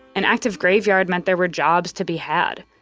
an active graveyard meant there were jobs to be had,